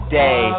day